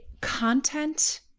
content